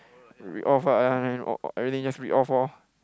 read off ah o~ everything just read off loh